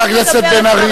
הליכוד פשט את הרגל.